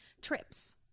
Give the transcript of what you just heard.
trips